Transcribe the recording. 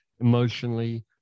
emotionally